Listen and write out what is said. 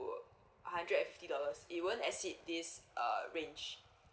hundred and fifty dollars it won't exceed this uh range